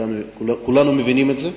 כולנו מבינים את זה.